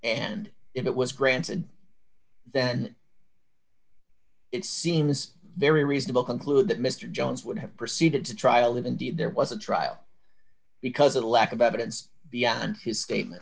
and it was granted then it seems very reasonable conclude that mr jones would have proceeded to trial if indeed there was a trial because of a lack of evidence beyond his statement